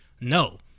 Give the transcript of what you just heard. no